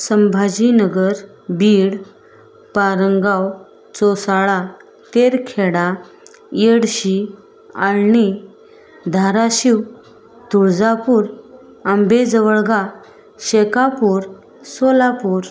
Sambhajinagar Beed Parangaon Chausala Terkheda Yedshi Alani Dharashiv Tuljapur Ambejavalga Shekapur Solapur